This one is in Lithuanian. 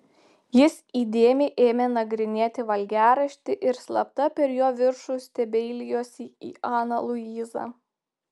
jis įdėmiai ėmė nagrinėti valgiaraštį ir slapta per jo viršų stebeilijosi į aną luizą